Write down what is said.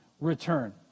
return